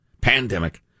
pandemic